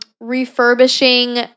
refurbishing